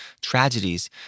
tragedies